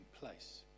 place